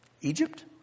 Egypt